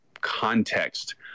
context